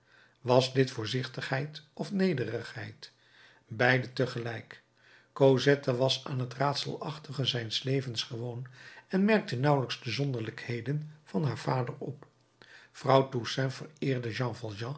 was dit voorzichtigheid of nederigheid beide tegelijk cosette was aan het raadselachtige zijns levens gewoon en merkte nauwelijks de zonderlingheden van haar vader op vrouw toussaint vereerde